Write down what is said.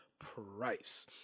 price